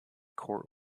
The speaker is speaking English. court